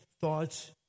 thoughts